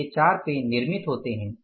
तो ये चार पेन निर्मित होते हैं